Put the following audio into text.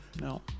no